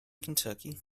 kentucky